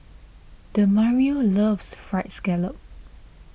Demario loves Fried Scallop